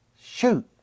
shoot